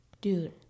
Dude